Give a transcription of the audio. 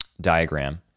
diagram